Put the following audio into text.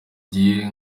dieu